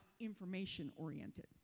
information-oriented